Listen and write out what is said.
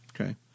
Okay